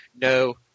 no